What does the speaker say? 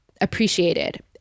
appreciated